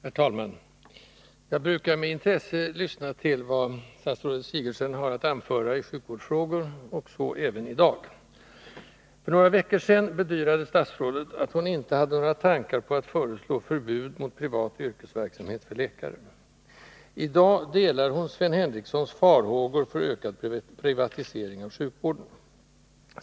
Herr talman! Jag brukar med intresse lyssna till vad statsrådet Sigurdsen har att anföra i sjukvårdsfrågor, och så även i dag. För några veckor sedan bedyrade statsrådet att hon inte hade några tankar på att föreslå förbud mot privat yrkesverksamhet för läkare. I dag delar hon Sven Henricssons farhågor för ökad privatisering av sjukvården.